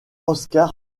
oscar